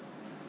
I think